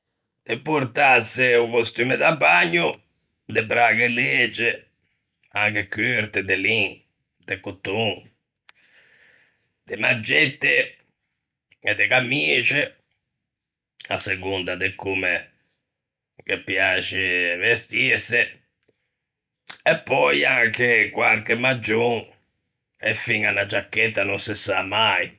De portâse o costumme da bagno, de braghe legie, anche curte, de lin, de coton, de maggette e de camixe, à segonda de comme ghe piaxe vestîse, e pöi anche quarche maggion e fiña unna giacchetta, no se sa mai.